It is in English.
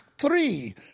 three